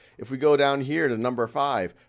if we go down here to number five,